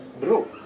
bro